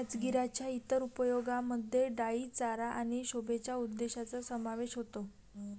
राजगिराच्या इतर उपयोगांमध्ये डाई चारा आणि शोभेच्या उद्देशांचा समावेश होतो